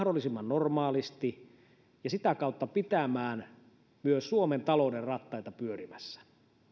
normaalisti ja sitä kautta pitämään myös suomen talouden rattaita pyörimässä